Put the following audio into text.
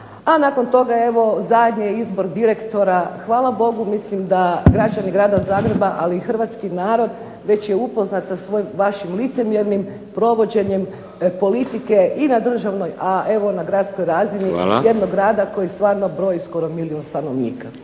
a nakon toga evo zadnji izbor direktora. Hvala Bogu mislim da građani grada Zagreba ali i hrvatski narod već je upoznat sa vašim licemjernim provođenjem politike i na državnoj, a evo na gradskoj razini jednog grada koji stvarno broji skoro milijun stanovnika.